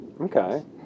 Okay